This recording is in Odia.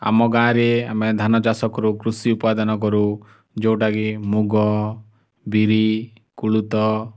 ଆମ ଗାଁରେ ଆମେ ଧାନ ଚାଷ କରୁ କୃଷି ଉତ୍ପାଦନ କରୁ ଯେଉଁଟା କି ମୁଗ ବିରି କୋଳଥ